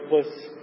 helpless